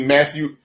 Matthew